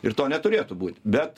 ir to neturėtų būt bet